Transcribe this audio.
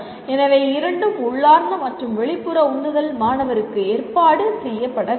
எனவே இரண்டும் உள்ளார்ந்த மற்றும் வெளிப்புற உந்துதல் மாணவருக்கு ஏற்பாடு செய்யப்பட வேண்டும்